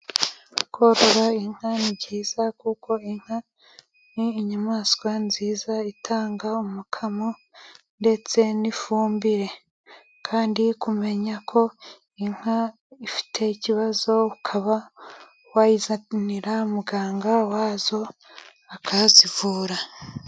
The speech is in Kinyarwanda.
Korora inka ni byiza, kuko inka ni inyamaswa nziza itanga umukamo ndetse n'ifumbire, kandi kumenya ko inka ifite ikibazo, ukaba wayizanira muganga wazo akazivura.